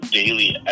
daily